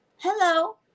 Hello